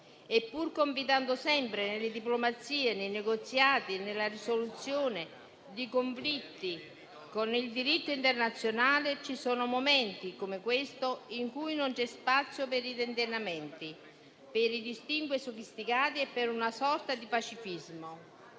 Pur confidando sempre nelle diplomazie, nei negoziati, nella risoluzione di conflitti con il diritto internazionale, ci sono momenti come questo in cui non c'è spazio per i tentennamenti, per i distinguo sofisticati e per una sorta di pacifismo.